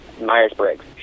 Myers-Briggs